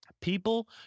People